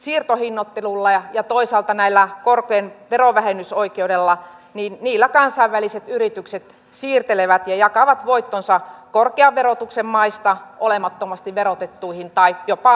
nythän siirtohinnoittelulla ja toisaalta korkojen verovähennysoikeudella kansainväliset yritykset siirtelevät ja jakavat voittonsa korkean verotuksen maista olemattomasti verotettuihin tai jopa veroparatiiseihin